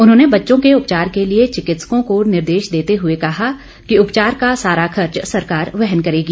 उन्होंने बच्चों के उपचार के लिए चिकित्सकों को निर्देश देते हुए कहा कि उपचार का सारा खर्च सरकार वहन करेगी